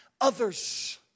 others